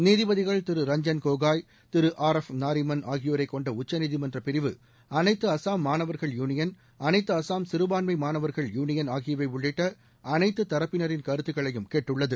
நீதிபதிகள் Thiru Ranjan Gogoi Thiru R F Nariman ஆகியோரைக் கொண்ட உச்சநீதிமன்ற பிரிவு அனைத்து அஸ்ஸாம் மாணவர்கள் யூனியன் அனைத்து அஸ்ஸாம் சிறுபான்மை மாணவர்கள் யூனியன் ஆகியவை உள்ளிட்ட அனைத்து தரப்பினரின் கருத்துக்களையும் கேட்டுள்ளது